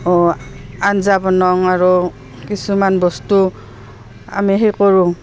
অঁ আঞ্জা বনাওঁ আৰু কিছুমান বস্তু আমি সেই কৰোঁ